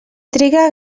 triga